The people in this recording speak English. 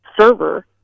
server